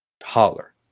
Holler